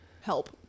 help